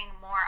more